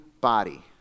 body